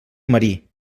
marí